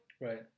Right